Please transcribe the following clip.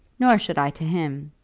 nor should i to him.